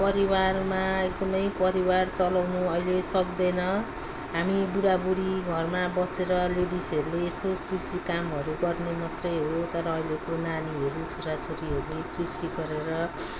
परिवारमा एकदमै परिवार चलाउनु अहिले सक्दैन हामी बुडाबुडी घरमा बसेर लेडिजहरूले यसो कृषि कामहरू गर्ने मात्रै हो तर अहिलेको नानीहरू छोराछोरीहरूले कृषि गरेर